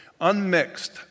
Unmixed